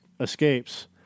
escapes